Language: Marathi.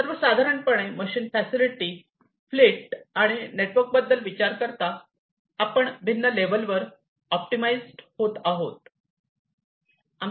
सर्व साधारणपणे मशीन फॅसिलिटी फ्लीट आणि नेटवर्कबद्दल विचार करता आपण भिन्न लेवलवर ऑप्टिमाइझ होत आहोत